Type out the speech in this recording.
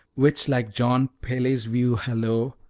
which, like john peele's view-hallo,